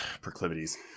proclivities